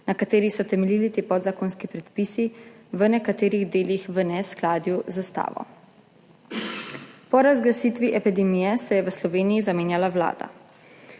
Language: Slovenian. na kateri so temeljili ti podzakonski predpisi, v nekaterih delih v neskladju z ustavo. Po razglasitvi epidemije se je v Sloveniji zamenjala vlada,